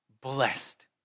blessed